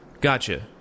Gotcha